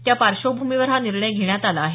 त्या पार्श्वभूमीवर हा निर्णय घेण्यात आला आहे